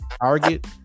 Target